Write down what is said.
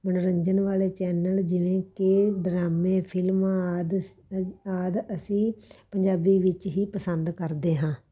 ਮਨੋਰੰਜਨ ਵਾਲੇ ਚੈਨਲ ਜਿਵੇਂ ਕਿ ਡਰਾਮੇ ਫਿਲਮਾਂ ਆਦਿ ਸ ਆਦਿ ਅਸੀਂ ਪੰਜਾਬੀ ਵਿੱਚ ਹੀ ਪਸੰਦ ਕਰਦੇ ਹਾਂ